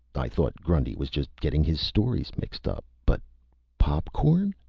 i thought grundy was just getting his stories mixed up. but pop-corn!